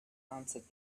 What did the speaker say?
answered